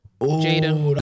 Jada